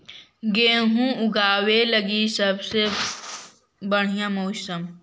गेहूँ ऊगवे लगी सबसे बढ़िया मौसम?